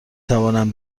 توانم